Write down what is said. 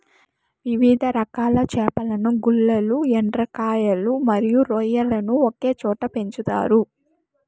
వివిధ రకాల చేపలను, గుల్లలు, ఎండ్రకాయలు మరియు రొయ్యలను ఒకే చోట పెంచుతారు